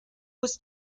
was